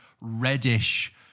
reddish